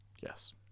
yes